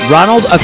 Ronald